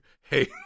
hey